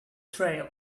trail